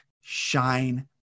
shine